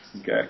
okay